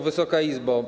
Wysoka Izbo!